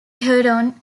huron